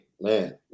man